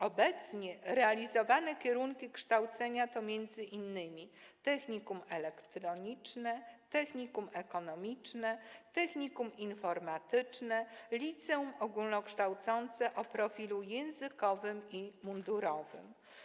Obecnie realizowane formy kształcenia to m.in. technikum elektroniczne, technikum ekonomiczne, technikum informatyczne i liceum ogólnokształcące o profilu językowym i mundurowym.